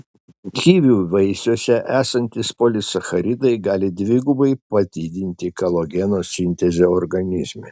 kivių vaisiuose esantys polisacharidai gali dvigubai padidinti kolageno sintezę organizme